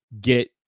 get